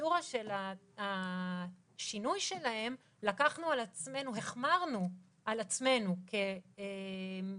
הפרוצדורה של השינוי שלהם, החמרנו על עצמנו כמשרד,